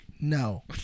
No